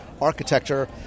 architecture